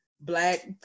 Black